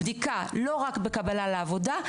הבדיקה היא לא רק בקבלה לעבודה,